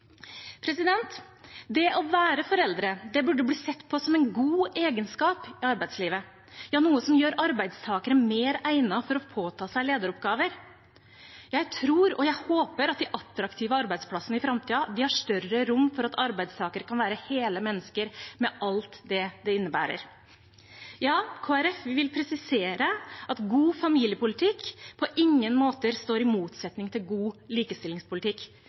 Det å være foreldre burde bli sett på som en god egenskap i arbeidslivet, noe som gjør arbeidstakere mer egnet til å påta seg lederoppgaver. Jeg tror og håper at de attraktive arbeidsplassene i framtiden har større rom for at arbeidstakere kan være hele mennesker med alt det det innebærer. Kristelig Folkeparti vil presisere at god familiepolitikk på ingen måte står i motsetning til god likestillingspolitikk.